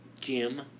Jim